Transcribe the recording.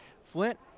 Flint